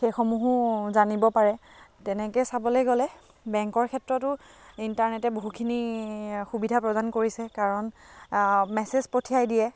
সেইসমূহো জানিব পাৰে তেনেকৈ চাবলৈ গ'লে বেংকৰ ক্ষেত্ৰতো ইণ্টাৰনেটে বহুখিনি সুবিধা প্ৰদান কৰিছে কাৰণ মেছেজ পঠিয়াই দিয়ে